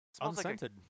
Unscented